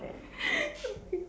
oh my god